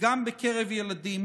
וגם בקרב ילדים,